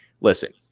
listen